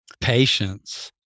patience